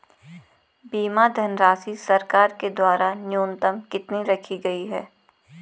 बीमा धनराशि सरकार के द्वारा न्यूनतम कितनी रखी गई है?